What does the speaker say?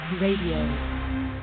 Radio